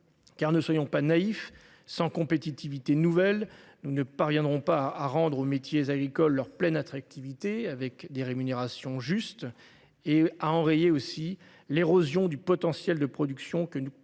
Car, ne soyons pas naïfs sans compétitivité nouvelle nous ne parviendrons pas à rendre aux métiers agricoles leur pleine attractivité avec des rémunérations justes et à enrayer aussi l'érosion du potentiel de production que nous constatons